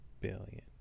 billion